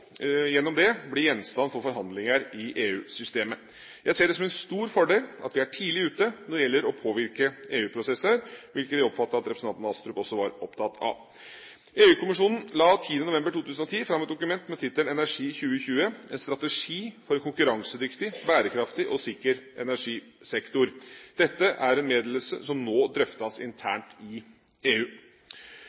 gjennom EØS-avtalen forpliktet til å ta inn i avtalen relevant lovgivning på energiområdet. Overordnede vedtak kan i neste omgang lede til at nye forslag til direktiver og forordninger blir gjenstand for forhandlinger i EU-systemet. Jeg ser det som en stor fordel at vi er tidlig ute når det gjelder å påvirke EU-prosesser – hvilket jeg oppfattet at representanten Astrup også var opptatt av. EU-kommisjonen la den 10. november 2010 fram et dokument med tittelen «Energi 2020